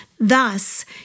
Thus